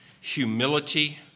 humility